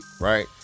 right